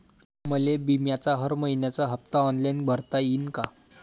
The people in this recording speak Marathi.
मले बिम्याचा हर मइन्याचा हप्ता ऑनलाईन भरता यीन का?